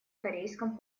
корейском